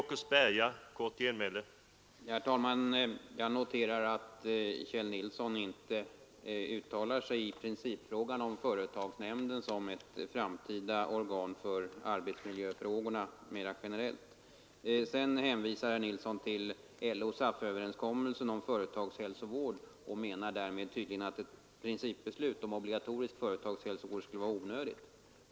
Herr talman! Jag noterar att herr Nilsson i Växjö inte uttalar sig i principfrågan om företagsnämnden som ett framtida organ för arbetsmiljöfrågorna generellt sett. Herr Nilsson hänvisar till LO—SAF-överenskommelsen om företagshälsovård och menar tydligen därmed att ett principbeslut om obligatorisk företagshälsovård skulle vara onödigt.